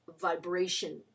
vibration